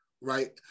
right